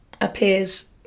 appears